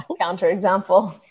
counterexample